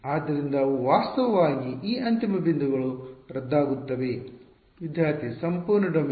ಆದ್ದರಿಂದ ಅವು ವಾಸ್ತವವಾಗಿ ಈ ಅಂತಿಮ ಬಿಂದುಗಳು ರದ್ದಾಗುತ್ತವೆ ವಿದ್ಯಾರ್ಥಿ ಸಂಪೂರ್ಣ ಡೊಮೇನ್